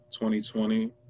2020